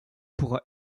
pourra